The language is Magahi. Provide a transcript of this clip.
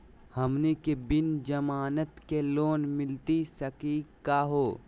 हमनी के बिना जमानत के लोन मिली सकली क हो?